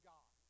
God